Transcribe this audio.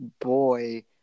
boy